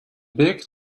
big